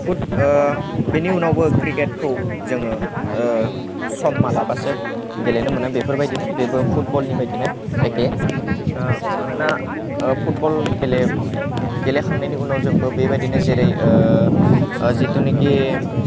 foot बेनि उनावबो क्रिकेटखौ जोङो सम माब्लाबासो गेलेनो मोनो बेफोरबायदिनो बेबो फुटबलनि बायदिनो एके मानोना फुटबल गेले गेलेखांनायनि उनाव जोंबो बेबायदिनो जेरै जितुनिकि